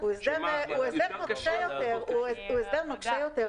הוא הסדר נוקשה יותר.